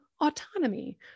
autonomy